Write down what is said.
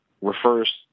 refers